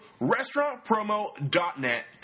restaurantpromo.net